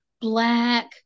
black